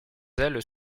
ailes